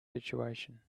situation